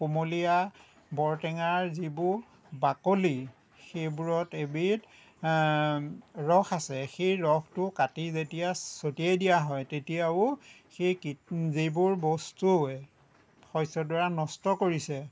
কোমলীয়া বৰটেঙাৰ যিবোৰ বাকলি সেইবোৰত এবিধ ৰস আছে সেই ৰসটো কাটি যেতিয়া চটিয়াই দিয়া হয় তেতিয়াও সেই কিট যিবোৰ বস্তুৱে শষ্যডৰা নষ্ট কৰিছে